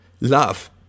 Love